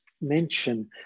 mention